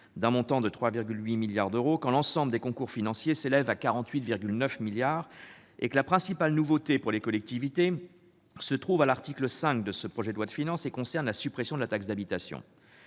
d'un montant de 3,8 milliards d'euros, quand l'ensemble des concours financiers s'élèvent à 48,9 milliards d'euros et que la principale nouveauté pour les collectivités se trouve à l'article 5 de ce projet de loi de finances et concerne la suppression de la taxe d'habitation.